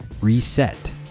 reset